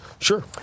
sure